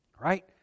Right